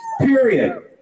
Period